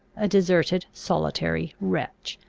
a deserted, solitary wretch,